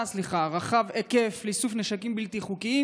רחב היקף לאיסוף נשקים בלתי חוקיים?